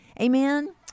Amen